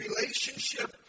relationship